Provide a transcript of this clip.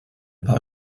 paar